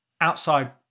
outside